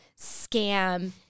scam